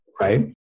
right